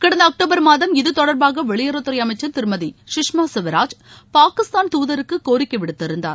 வடந்த October மாதம் இது தொடர்பாக வெளியுறவுத்துறை அமைச்சர் திருமதி குஷ்மா ஸ்வராஜ் பாகிஸ்தான் துதருக்கு கோரிக்கை விடுத்திருந்தார்